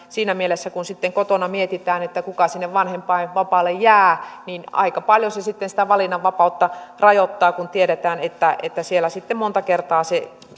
siinä mielessä kun sitten kotona mietitään kuka sinne vanhempainvapaalle jää niin aika paljon se sitten sitä valinnanvapautta rajoittaa kun tiedetään että että siellä sitten monta kertaa